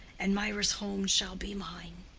and mirah's home shall be mine.